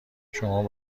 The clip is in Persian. شاید